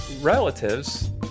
relatives